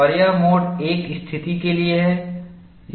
और यह mode I स्थिति के लिए है